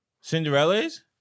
Cinderella's